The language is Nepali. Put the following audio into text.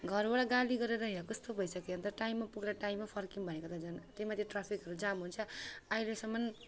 घरबाट गाली गरेर यहाँ कस्तो भइसक्यो अन्त टाइममा पुगेर टाइममा फर्कियौँ भनेको त झन् त्यहीमाथि ट्राफिकहरू जाम हुन्छ अहिलेसम्म